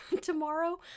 tomorrow